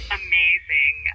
amazing